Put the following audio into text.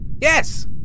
Yes